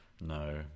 no